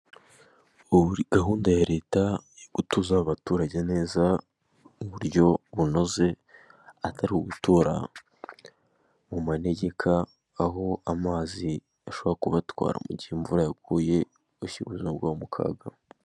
Ubu buri gahunda ya Leta yo gutuza abaturage neza mu buryo bunoze, atari ugutura mu manegeka, aho amazi ashobora kubatwara mu gihe imvura yaguye, bigashyira ubuzima bwabo mu kaga.